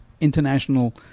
international